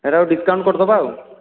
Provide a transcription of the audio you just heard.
ସେଇଟାକୁ ଡିସ୍କାଉଣ୍ଟ୍ କରି ଦେବା ଆଉ